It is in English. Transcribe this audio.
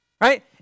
right